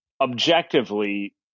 objectively